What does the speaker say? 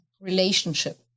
relationship